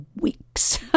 weeks